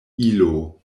ilo